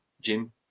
Jim